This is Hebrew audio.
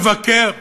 שמבקר,